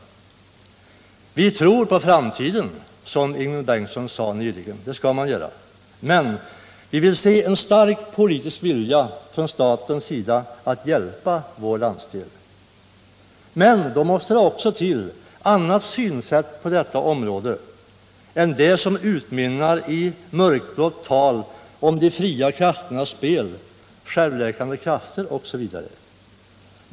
Vi tror på framtiden, som Ingemund Bengtsson nyligen sade. Det skall man göra! Men vi vill se en stark politisk vilja från statens sida att hjälpa vår landsdel. Då måste det också till ett annat synsätt på detta område än det som utmynnar i mörkblått tal om ”de fria krafternas spel” och ”självläkande krafter” osv.